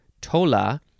Tola